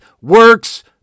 works